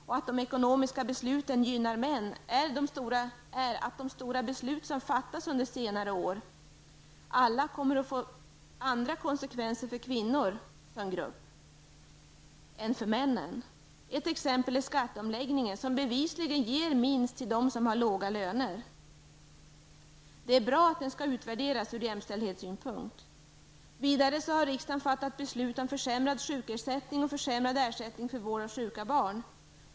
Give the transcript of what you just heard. De stora ekonomiska beslut som under senare år har fattats har gynnat män, samtidigt som de fört med sig andra konsekvenser för kvinnor som grupp. Ett exempel på detta är skatteomläggningen, som bevisligen ger minst till dem som har låga löner. Det är bra att den skall utvärderas från jämställdhetssynpunkt. Vidare har riksdagen fattat beslut om försämrad sjukersättning och försämrad ersättning för vård av sjuka barn.